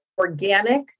organic